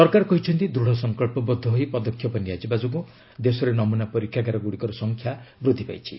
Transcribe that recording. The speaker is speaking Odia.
ସରକାର କହିଛନ୍ତି ଦୃଢ଼ ସଂକଳ୍ପବଦ୍ଧ ହୋଇ ପଦକ୍ଷେପ ନିଆଯିବା ଯୋଗୁଁ ଦେଶରେ ନମୁନା ପରୀକ୍ଷାଗାରଗୁଡ଼ିକର ସଂଖ୍ୟା ବୃଦ୍ଧି ପାଇଛି